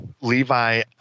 Levi